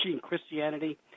Christianity